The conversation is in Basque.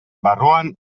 barruan